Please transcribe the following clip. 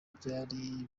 byari